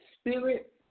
spirit